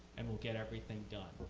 and we'll get everything done.